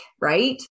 Right